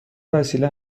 وسیله